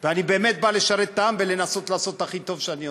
ואני באמת בא לשרת את העם ולנסות לעשות הכי טוב שאני יודע.